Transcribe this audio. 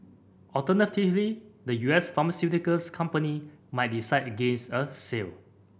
alternatively the U S pharmaceuticals company might decide against a sale